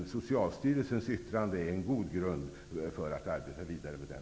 Socialstyrelsens yttrande är en god grund att arbeta vidare på.